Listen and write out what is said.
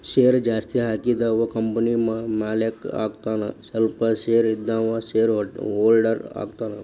share ಜಾಸ್ತಿ ಹಾಕಿದವ company ಮಾಲೇಕ ಆಗತಾನ ಸ್ವಲ್ಪ ಶೇರ್ ಇದ್ದವ ಶೇರ್ ಹೋಲ್ಡರ್ ಆಗತಾನ